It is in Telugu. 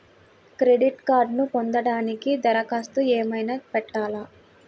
క్రెడిట్ కార్డ్ను పొందటానికి దరఖాస్తు ఏమయినా పెట్టాలా?